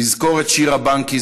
נזכור את שירה בנקי,